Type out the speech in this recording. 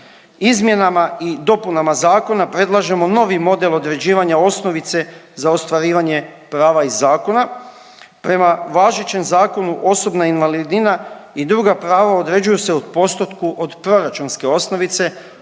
Izmjenama i dopunama zakona predlažemo novi model određivanja osnovice za ostvarivanje prava iz zakona. Prema važećem zakonu osobna invalidnina i druga prava određuju se u postotku od proračunske osnovice